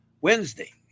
Wednesday